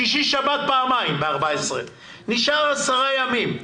שישי-שבת פעמיים בתוך ה-14 ימים, נשארו 10 ימים,